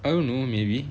I don't know maybe